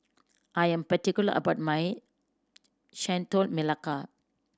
I am particular about my Chendol Melaka